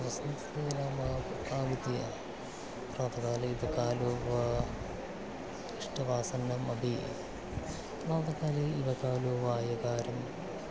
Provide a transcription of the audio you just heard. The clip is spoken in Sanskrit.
सम्पूर्णम् आग् आगत्य प्रातःकाले इतकालो वा इष्टवासन्नम् अपि प्रातःकाले इव कालो वा यकारम्